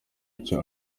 icyo